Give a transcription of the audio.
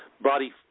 body